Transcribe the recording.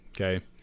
Okay